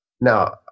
Now